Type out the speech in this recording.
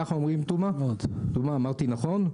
תומא, אמרתי נכון?